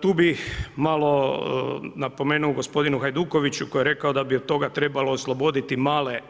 Tu bih malo napomenuo gospodinu Hajdukoviću koji je rekao da bi od toga trebalo osloboditi male